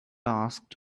asked